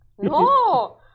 No